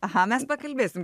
aha mes pakalbėsime